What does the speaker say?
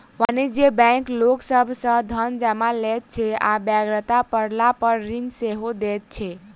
वाणिज्यिक बैंक लोक सभ सॅ धन जमा लैत छै आ बेगरता पड़लापर ऋण सेहो दैत छै